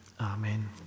Amen